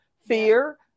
fear